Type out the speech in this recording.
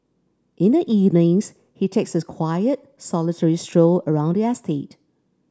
in the evenings he takes a quiet solitary stroll around the estate